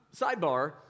sidebar